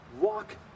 walk